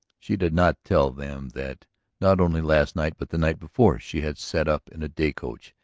she did not tell them that not only last night, but the night before she had sat up in a day coach,